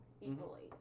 equally